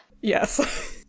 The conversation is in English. Yes